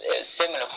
similar